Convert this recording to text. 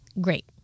great